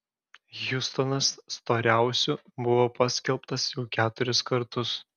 hjustonas storiausiu buvo paskelbtas jau keturis kartus